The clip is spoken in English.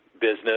business